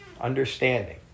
understanding